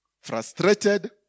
Frustrated